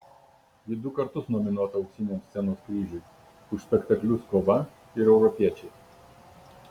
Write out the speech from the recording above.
ji du kartus nominuota auksiniam scenos kryžiui už spektaklius kova ir europiečiai